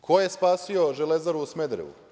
Ko je spasio Železaru u Smederevu?